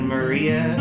Maria